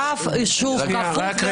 רב יישוב כפוף לרב